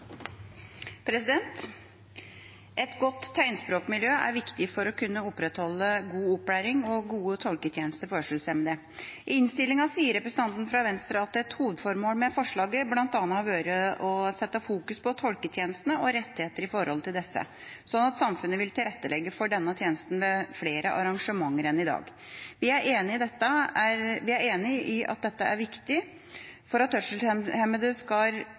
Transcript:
viktig for å kunne opprettholde god opplæring og gode tolketjenester for hørselshemmede. I innstillinga sier representanten fra Venstre at et hovedformål med forslaget bl.a. har vært å fokusere på tolketjenestene og rettigheter knyttet til disse, slik at samfunnet vil tilrettelegge for denne tjenesten ved flere arrangementer enn i dag. Vi er enig i at dette er viktig for at hørselshemmede skal kunne delta i hverdagen på linje med andre uten denne typen funksjonshemming. Men som forslagsstilleren selv skriver, er